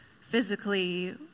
physically